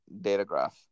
Datagraph